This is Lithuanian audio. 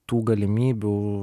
tų galimybių